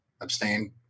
abstain